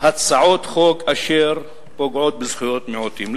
הצעות חוק אשר פוגעות בזכויות מיעוטים".